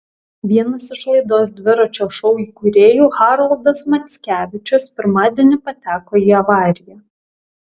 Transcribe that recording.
vienas iš laidos dviračio šou įkūrėjų haroldas mackevičius pirmadienį pateko į avariją